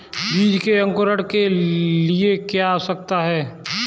बीज के अंकुरण के लिए क्या आवश्यक है?